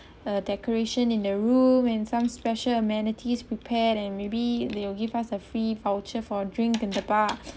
a decoration in the room and some special amenities prepared and maybe they will give us a free voucher for a drink in the bar